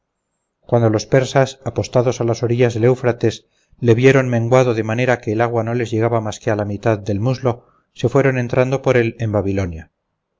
cuando los persas apostados a las orillas del eufrates le vieron menguado de manera que el agua no les llegaba más que a la mitad del muslo se fueron entrando por él en babilonia